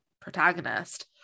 protagonist